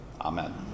amen